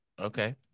Okay